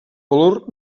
valor